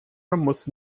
muss